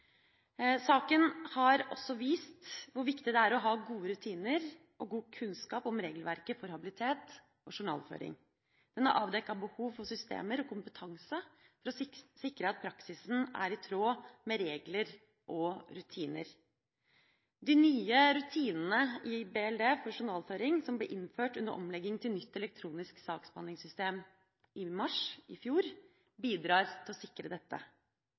Saken har også vist hvor viktig det er å ha gode rutiner og god kunnskap om regelverket for habilitet og journalføring. Den har avdekket behov for systemer og kompetanse for å sikre at praksisen er i tråd med regler og rutiner. De nye rutinene i BLDs personalføring som ble innført under omlegging til nytt elektronisk saksbehandlingssystem i mars i fjor, bidrar til å sikre dette.